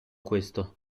questo